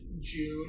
June